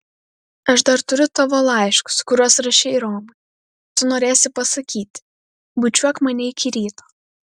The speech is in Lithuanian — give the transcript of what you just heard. aš dar turiu tavo laiškus kuriuos rašei romui tu norėsi pasakyti bučiuok mane iki ryto